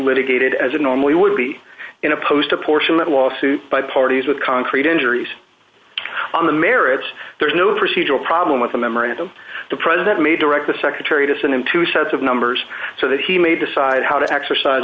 litigated as it normally would be in a post a portion of a lawsuit by parties with concrete injuries on the merits there's no procedural problem with the memorandum the president may direct the secretary to send him two sets of numbers so that he may decide how to exercise